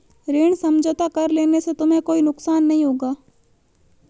ऋण समझौता कर लेने से तुम्हें कोई नुकसान नहीं होगा